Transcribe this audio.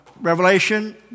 Revelation